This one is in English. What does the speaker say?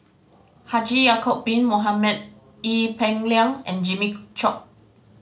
Haji Ya'acob Bin Mohamed Ee Peng Liang and Jimmy Chok